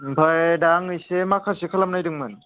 ओमफ्राय दा आं इसे माखासे खालामनो नागिरदोंमोन